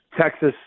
Texas